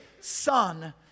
son